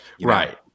Right